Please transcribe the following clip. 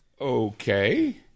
okay